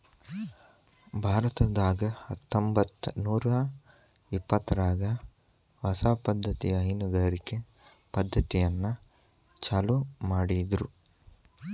ಭಾರತದಾಗ ಹತ್ತಂಬತ್ತನೂರಾ ಇಪ್ಪತ್ತರಾಗ ಹೊಸ ಪದ್ದತಿಯ ಹೈನುಗಾರಿಕೆ ಪದ್ದತಿಯನ್ನ ಚಾಲೂ ಮಾಡಿದ್ರು